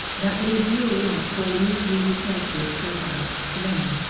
that new dual-life form usually refers to itself as venom.